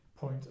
point